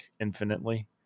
infinitely